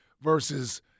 versus